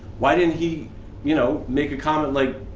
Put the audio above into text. why didn't he you know make a comment like,